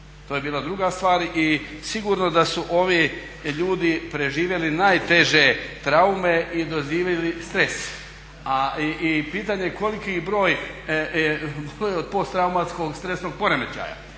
to je bila druga stvar i sigurno da su ovi ljudi preživjeli najteže traume i doživjeli stres. A i pitanje je koliki broj boluje od posttraumatskog stresnog poremećaja?